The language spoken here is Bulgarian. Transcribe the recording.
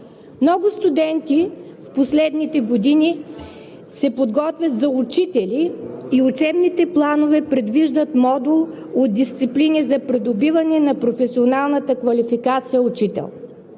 Много студенти в последните години се подготвят за учители и учебните планове предвиждат модул от дисциплини за придобиване на професионалната квалификация „учител“.